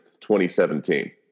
2017